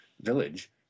village